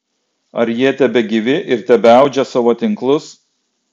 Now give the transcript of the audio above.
ar jie tebegyvi ir tebeaudžia savo tinklus